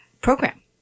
program